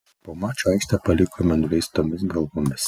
po mačo aikštę palikome nuleistomis galvomis